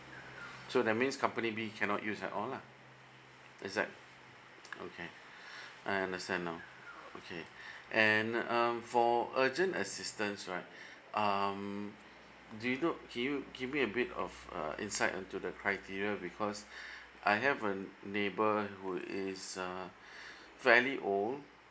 so that means company b cannot use at all lah is that okay I understand now okay and um for urgent assistance right um do you can you give me a bit of uh insight and to the criteria because I have a neighbour who is uh very old